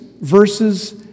verses